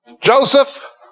Joseph